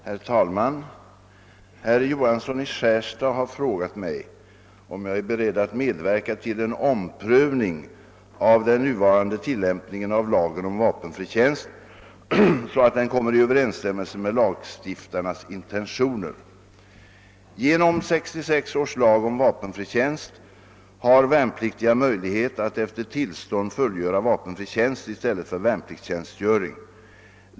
Herr talman! Herr Johansson i Skärstad har frågat mig, om jag är beredd att medverka till en omprövning av den nuvarande tillämpningen av lagen om vapenfri tjänst så att den kommer i överensstämmelse med lagstiftarnas intentioner. Genom 1966 års lag om vapenfri tjänst har värnpliktiga möjlighet att efter tillstånd fullgöra vapenfri tjänst i stället för värnpliktstjänstgöring.